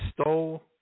stole